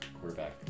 quarterback